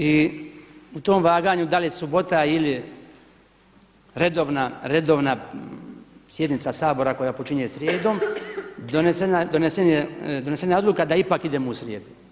I u tom vaganju da li subota ili redovna sjednica Sabora koja počinje srijedom donesena je odluka da ipak idemo u srijedu.